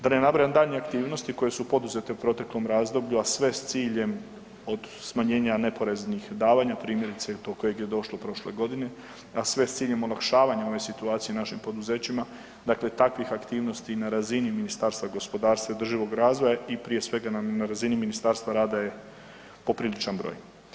Da ne nabrajam daljnje aktivnosti koje su poduzete u proteklom razdoblju, a sve s ciljem od smanjenja neporeznih davanja, primjerice do kojeg došlo prošle godine a sve s ciljem olakšavanja ove situacije u našim poduzećima, dakle takvih aktivnosti na razini Ministarstva gospodarstva i održivog razvoja i prije svega na razini Ministarstva rada je popriličan broj.